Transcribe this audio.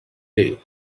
day